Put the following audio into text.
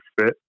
fit